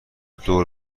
دور